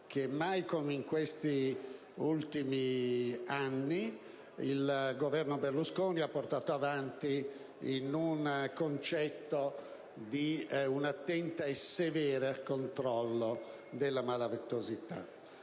che mai come in questi ultimi anni il Governo Berlusconi ha portato avanti, secondo un concetto di attento e severo controllo della malavita.